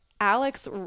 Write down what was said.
Alex